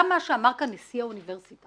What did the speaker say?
גם מה שאמר כאן נשיא האוניברסיטה,